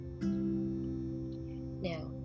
now